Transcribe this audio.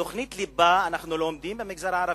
את תוכנית הליבה אנחנו לומדים במגזר הערבי.